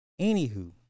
Anywho